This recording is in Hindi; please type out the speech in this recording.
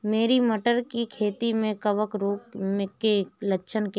मेरी मटर की खेती में कवक रोग के लक्षण क्या हैं?